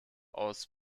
aus